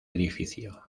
edificio